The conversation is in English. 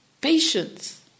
patience